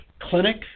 clinic